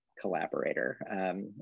Collaborator